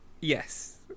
yes